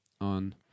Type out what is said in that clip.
on